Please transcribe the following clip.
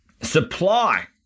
supply